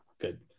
Good